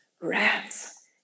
Rats